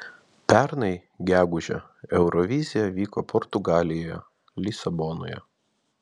pernai gegužę eurovizija vyko portugalijoje lisabonoje